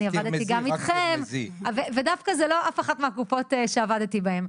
אני עבדתי גם איתכם ודווקא זו לא אף אחת מקופות החולים שעבדתי בהן.